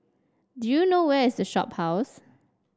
do you know where is The Shophouse